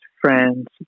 friend's